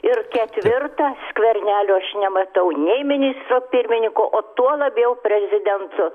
ir ketvirta skvernelio aš nematau nei ministru pirmininku o tuo labiau prezidentu